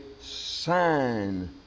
sign